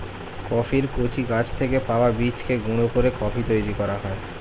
কফির কচি গাছ থেকে পাওয়া বীজকে গুঁড়ো করে কফি তৈরি করা হয়